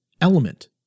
element